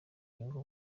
nyungu